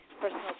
Personal